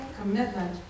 commitment